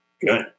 good